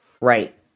Right